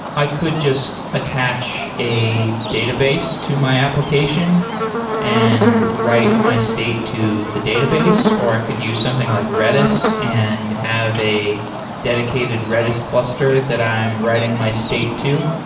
i could just attach a database to my application and write my state to the database, or i could use something like redis and have a dedicated redis cluster that i'm writing my state to.